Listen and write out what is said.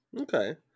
Okay